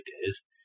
ideas